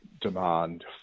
demand